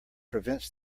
prevents